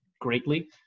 greatly